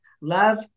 Love